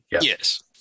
Yes